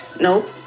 Nope